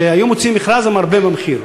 שהיו מוציאים מכרז למרבה במחיר.